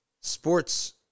sports